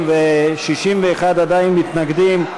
61 עדיין מתנגדים.